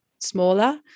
smaller